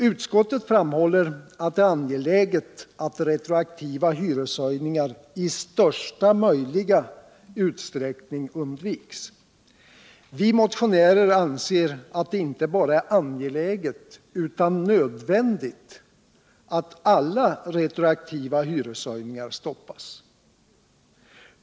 Utskottet framhåller att det är angeläget att retroaktiva hyreshöjningar i största möjliga utsträckning undviks. Vi motionärer anser att det inte bara är angeläget utan nödvändigt att alla retroaktiva hyreshöjningar stoppas.